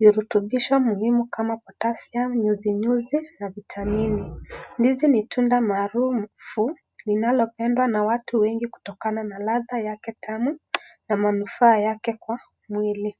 Virutubisho mihimu kama potassium , nyuzinyuzi na vitamini. Ndizi ni tunda maarufu lianalopendwa na watu wengi kutokana na ladha yake tamu na manufaa yake kwa mwili.